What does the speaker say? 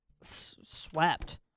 swept